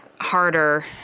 harder